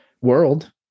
world